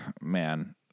Man